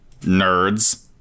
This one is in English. Nerds